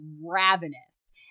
ravenous